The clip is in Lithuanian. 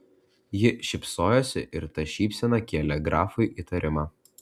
ji šypsojosi ir ta šypsena kėlė grafui įtarimą